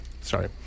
sorry